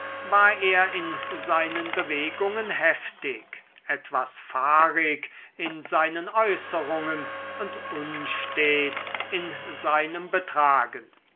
war er in seinen bewegungen heftig etwas fahrig in seinen äußerungen und unstet in seinem betragen